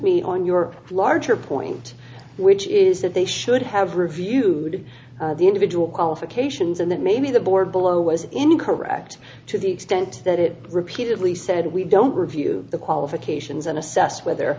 me on your larger point which is that they should have reviewed the individual qualifications and that maybe the board below was incorrect to the extent that it repeatedly said we don't review the qualifications and assess whether